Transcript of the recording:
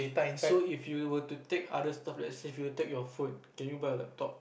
so if you were to take other stuff let's say if you take your phone can you buy a laptop